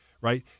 right